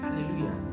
hallelujah